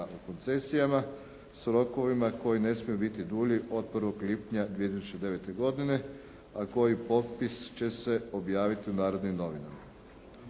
u koncesijama s rokovima koji ne smiju biti dulji od 1. lipnja 2009. godine, a koji potpis će se objaviti u “Narodnim novinama“.